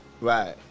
Right